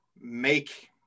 make